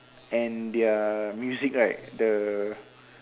and their music right the